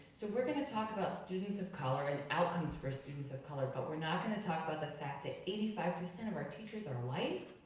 so we're gonna talk about students of color and outcomes for students of color, but we're not gonna talk about the fact that eighty five percent of our teachers are white?